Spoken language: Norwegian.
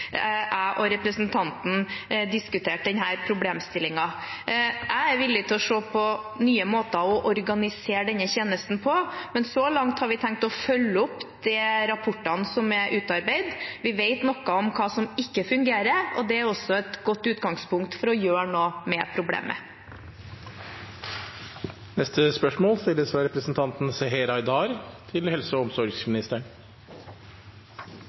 jeg og representanten diskuterte denne problemstillingen. Jeg er villig til å se på nye måter å organisere denne tjenesten på, men så langt har vi tenkt å følge opp de rapportene som er utarbeidet. Vi vet noe om hva som ikke fungerer, og det er også et godt utgangspunkt for å gjøre noe med problemet. «I sitt første innlegg som helseminister på Stortinget sa statsråden at «Ulikhet er i seg selv en kilde til